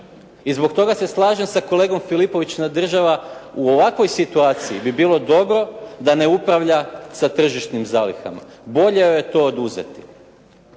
i zbog toga se slažem sa kolegom Filipovićem da država u ovakvoj situaciji bi bilo dobro da ne upravlja sa tržišnim zalihama. Bolje joj je to oduzeti